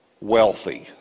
wealthy